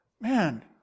man